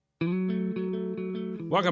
Welcome